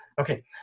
Okay